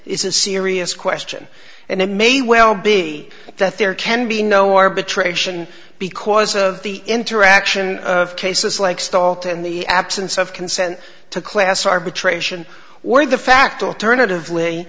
is a serious question and it may well be that there can be no arbitration because of the interaction of cases like stall and the absence of consent to class arbitration or the fact alternatively